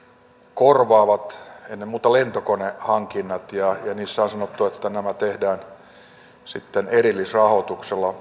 korvaavat ennen muuta lentokonehankinnat ja ja on sanottu että nämä tehdään sitten erillisrahoituksella